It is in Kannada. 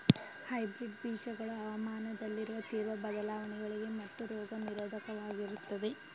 ಹೈಬ್ರಿಡ್ ಬೀಜಗಳು ಹವಾಮಾನದಲ್ಲಿನ ತೀವ್ರ ಬದಲಾವಣೆಗಳಿಗೆ ಮತ್ತು ರೋಗ ನಿರೋಧಕವಾಗಿರುತ್ತವೆ